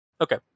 Okay